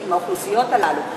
עם האוכלוסיות הללו?